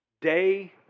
Day